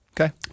Okay